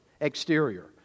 exterior